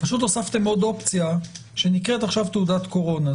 פשוט הוספתם עוד אופציה שנקראת עכשיו תעודת קורונה,